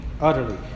utterly